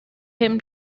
him